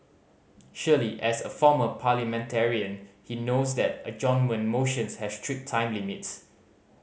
surely as a former parliamentarian he knows that adjournment motions have strict time limits